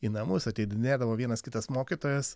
į namus ateidinėdavo vienas kitas mokytojas